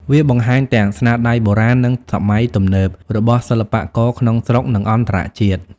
វាបង្ហាញទាំងស្នាដៃបុរាណ និងសម័យទំនើបរបស់សិល្បករក្នុងស្រុក និងអន្តរជាតិ។